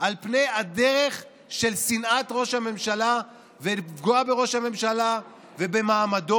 על פני הדרך של שנאת ראש הממשלה ופגיעה בראש הממשלה ובמעמדו.